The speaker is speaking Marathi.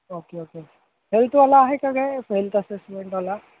ओके ओके हेल्थवाला आहे का काय हेल्थ असेसमेंटवाला